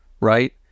right